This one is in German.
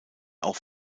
auch